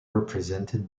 represented